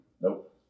Nope